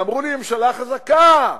ואמרו לי ממשלה חזקה,